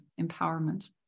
empowerment